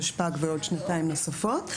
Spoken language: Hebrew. תשפ"ג ועוד שנתיים נוספות?